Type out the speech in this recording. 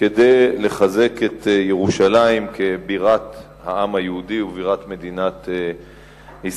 לחזק את ירושלים כבירת העם היהודי ובירת מדינת ישראל.